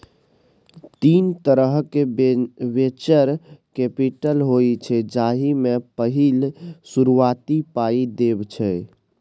तीन तरहक venture capital होइ छै जाहि मे पहिल शुरुआती पाइ देब छै